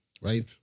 right